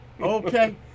Okay